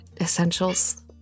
essentials